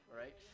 right